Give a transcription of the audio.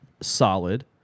solid